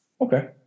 Okay